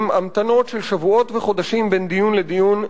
עם המתנות של שבועות וחודשים בין דיון לדיון,